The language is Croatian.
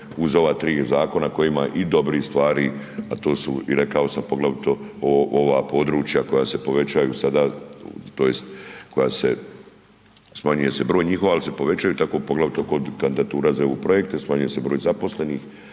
uz ova 3 zakona koji ima i dobrih stvari, a to su i rekao sam poglavito ova područja koja se povećaju sada tj. koja se, smanjuje se broj njihov, ali se povećaju, tako poglavito kod kandidatura za EU projekte, smanjuje se broj zaposlenih,